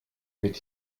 mit